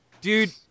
dude